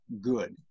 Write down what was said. good